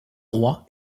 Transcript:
roi